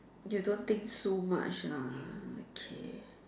you don't think so much ah okay